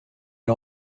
est